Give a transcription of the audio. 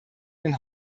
den